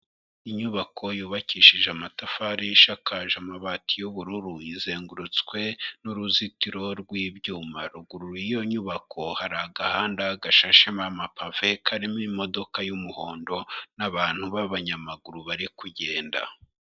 Inyubako yubakishije amatafari, ishakaje amabati y'ubururu, izengurutswe n'ruzitiro rwibyuma; rugura yiyo nyubako hari agahanda gashashe amapave, karimo imodoka y'umuhondo n'abantu b'abanyamaguru bari kugenda.